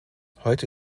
heute